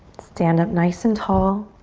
stand up nice and tall,